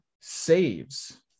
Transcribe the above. Saves